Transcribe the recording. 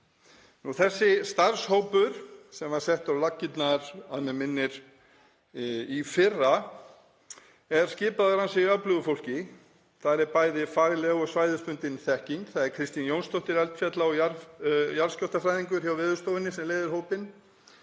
Þessi starfshópur, sem var settur á laggirnar að mig minnir í fyrra, er skipaður ansi öflugu fólki. Þar er bæði fagleg og svæðisbundin þekking. Það er Kristín Jónsdóttir, eldfjalla- og jarðskjálftafræðingur hjá Veðurstofunni, sem leiðir hópinn